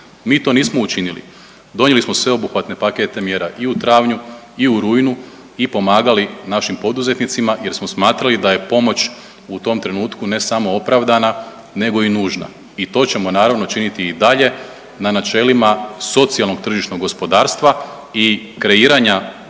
Mi to nismo učinili, donijeli smo sveobuhvatne pakete mjera i u travnju i u rujnu i pomagali našim poduzetnicima jer smo smatrali da je pomoć u tom trenutku ne samo opravdana nego i nužna i to ćemo naravno činiti i dalje na načelima socijalnog tržišnog gospodarstva i kreiranja